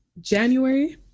January